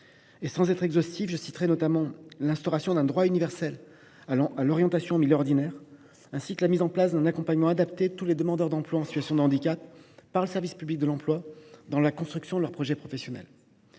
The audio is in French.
Sans être exhaustif, je citerai notamment l’instauration d’un droit universel à l’orientation en milieu ordinaire, ainsi que la mise en place d’un accompagnement adapté de tous les demandeurs d’emploi en situation de handicap par le service public de l’emploi, dans la construction de leur projet professionnel.